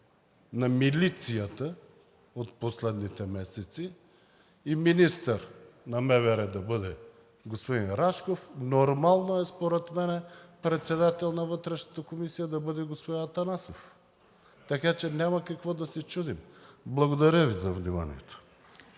на милицията от последните месеци министър на МВР да бъде господин Рашков и нормално е според мен председател на Вътрешната комисия да бъде господин Атанасов, така че няма какво да се чудим. Благодаря Ви за вниманието.